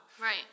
right